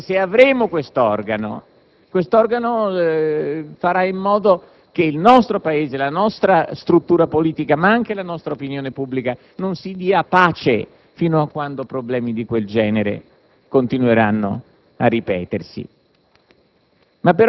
tace. Se istituiremo quest'organo, esso farà in modo che il nostro Paese e la nostra struttura politica, ma anche la nostra opinione pubblica, non si diano pace fino a quando situazioni di quel genere continueranno a ripetersi.